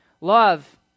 Love